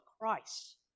Christ